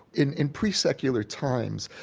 in in pre-secular times,